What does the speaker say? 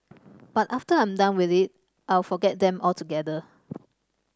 but after I'm done with it I'll forget them altogether